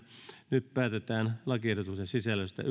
nyt päätetään lakiehdotusten sisällöstä